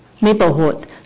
neighborhood